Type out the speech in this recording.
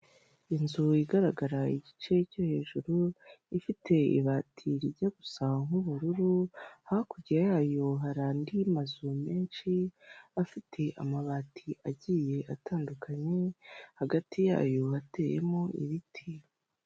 Inzu igaragara igice cyo hejuru ifite ibati rijya gusa nk'ubururu hakurya yayo hari andi mazu menshi afite amabati agiye atandukanye hagati yayo hateyemo ibiti.